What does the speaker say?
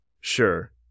Sure